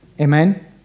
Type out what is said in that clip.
Amen